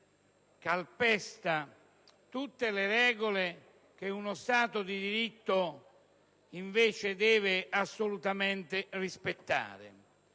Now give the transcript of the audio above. calpesta tutte le regole che uno Stato di diritto deve invece assolutamente rispettare